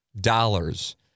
dollars